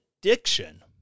addiction